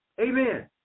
Amen